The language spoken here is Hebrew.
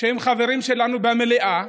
שהם חברים שלנו במליאה?